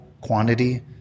quantity